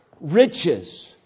riches